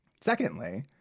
Secondly